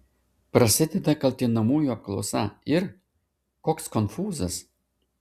prasideda kaltinamųjų apklausa ir koks konfūzas